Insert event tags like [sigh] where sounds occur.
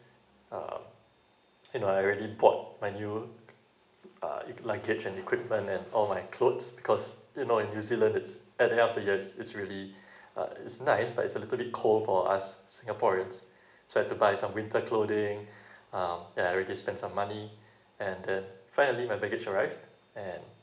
[breath] um you know I already bought my new uh luggage and equipment and all my clothes because you know in new zealand is at the end of the year it's it's really [breath] uh it's nice but it's a little bit cold for us singaporeans [breath] so I have to buy some winter clothing [breath] uh yeah I already spend some money [breath] and then finally my baggage arrived and